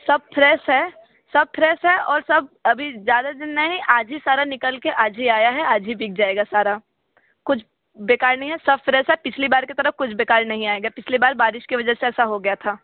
सब फ्रेस है सब फ्रेस है और सब अभी ज़्यादा दिन नहीं आज ही सारा निकल के आज ही आया है आज ही बिक जाएगा सारा कुछ बेकार नहीं है सब फ्रेस है पिछली बार के तरह कुछ बेकार नहीं आएगा पिछले बार बारिश की वजह से ऐसा हो गया था